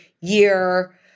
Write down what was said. year